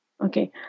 Okay